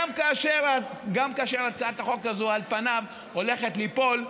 גם כאשר הצעת החוק הזו על פניו הולכת ליפול,